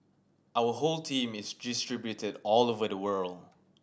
our whole team is distributed all over the world